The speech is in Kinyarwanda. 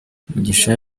mugisha